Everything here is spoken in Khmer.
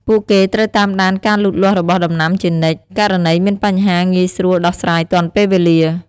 ពួកគេត្រូវតាមដានការលូតលាស់របស់ដំណាំជានិច្ច ករណីមានបញ្ហាងាយស្រួលដោះស្រាយទាន់ពេលវេលា។